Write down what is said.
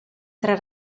tre